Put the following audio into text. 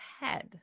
head